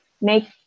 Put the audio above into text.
make